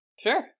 Sure